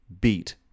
beat